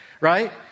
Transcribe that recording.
right